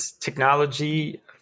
technology